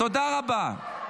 תודה רבה.